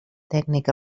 tècnic